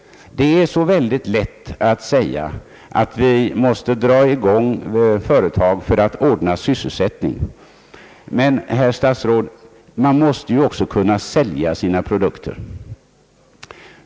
Det är så lätt att säga att vi måste dra i gång företag för att ordna sysselsättningen. Men, herr statsråd, man måste också kunna sälja sina produkter.